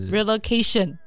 Relocation